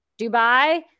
Dubai